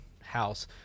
house